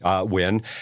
win